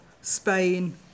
Spain